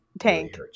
tank